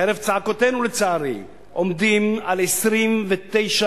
חרף צעקותינו, לצערי, עומדים על 29%,